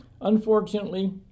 Unfortunately